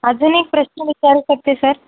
अजून एक प्रश्न विचारू शकते सर